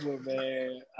man